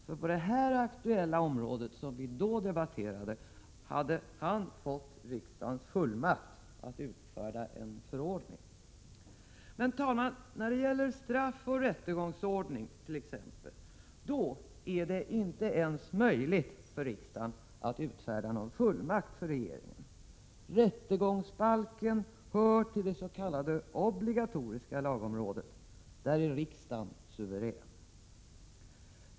Finansministern hade på det område vi då debatterade fått riksdagens fullmakt att utfärda en förordning. Herr talman! När det gäller t.ex. straffoch rättegångsordning är det inte ens möjligt för riksdagen att utfärda någon fullmakt för regeringen. Rättegångsbalken hör till det s.k. obligatoriska lagområdet. Där är riksdagen suverän.